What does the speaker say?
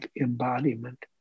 embodiment